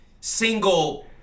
single